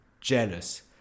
jealous